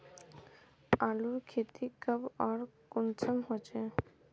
आलूर खेती कब आर कुंसम होचे?